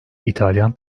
i̇talyan